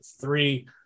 three